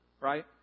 Right